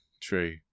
true